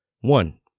One